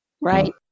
right